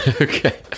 okay